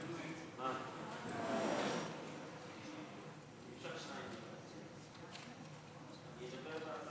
עד חמש דקות לרשות